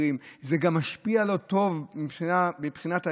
במחירי הדלק זה גרם לשביתות וזה גרם למחאות.